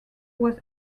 was